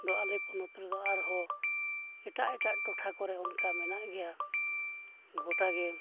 ᱫᱚ ᱟᱞᱮ ᱯᱚᱚᱱᱚᱛ ᱨᱮᱫᱚ ᱟᱨᱦᱚᱸ ᱮᱴᱟᱜᱼᱮᱴᱟᱜ ᱴᱚᱴᱷᱟ ᱠᱚᱨᱮ ᱚᱱᱠᱟ ᱢᱮᱱᱟᱜ ᱜᱮᱭᱟ ᱜᱚᱴᱟ ᱜᱮ